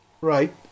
Right